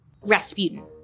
Rasputin